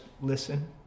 listen